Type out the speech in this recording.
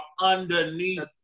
underneath